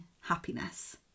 happiness